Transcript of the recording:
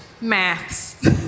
Maths